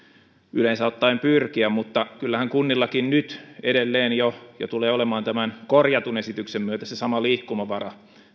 yleensä ottaen pyrkiä mutta kyllähän kunnillakin edelleen on ja tulee olemaan tämän korjatun esityksen myötä vähintään se sama liikkumavara